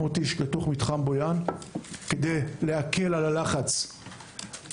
אנשים לתוך מתחם בויאן כדי להקל על הלחץ במושב.